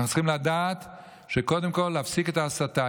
אנחנו צריכים לדעת שקודם כול צריך להפסיק את ההסתה.